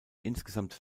insgesamt